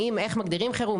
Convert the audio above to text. האם ואיך מגדירים חירום,